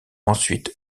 ensuite